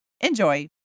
Enjoy